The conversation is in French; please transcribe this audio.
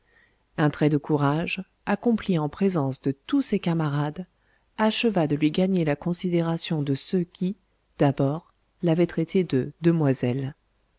un trait de courage accompli on présence de tous ses camarades acheva de lui gagner la considération de ceux qui d'abord l'avaient traité de demoiselle